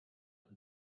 und